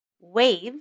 waves